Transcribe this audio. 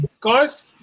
guys